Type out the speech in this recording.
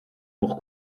pour